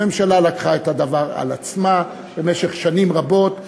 הממשלה לקחה את הדבר על עצמה במשך שנים רבות.